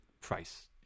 price